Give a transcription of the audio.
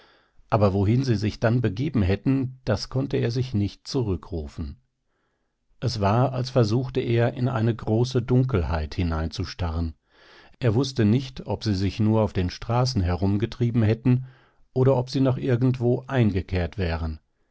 aber wohin sie sich dann begeben hätten das konnte er sich nicht zurückrufen es war als versuchte er in eine große dunkelheit hineinzustarren er wußte nicht ob sie sich nur auf den straßen herumgetrieben hätten oder ob sie noch irgendwo eingekehrt wären